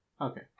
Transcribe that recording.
Okay